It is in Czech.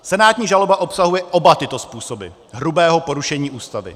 Senátní žaloba obsahuje oba tyto způsoby hrubého porušení Ústavy.